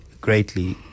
greatly